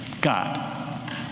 God